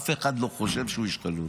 אף אחד לא חושב שהוא איש חלול.